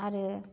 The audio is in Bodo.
आरो